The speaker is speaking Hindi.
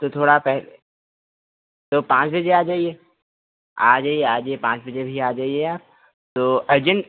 तो थोड़ा पहले तो पाँच बजे आ जाइए आ जाइए आ जाइए पाँच बजे भी आ जाइए आप तो अर्जेंट